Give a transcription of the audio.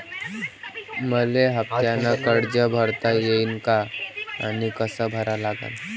मले हफ्त्यानं कर्ज भरता येईन का आनी कस भरा लागन?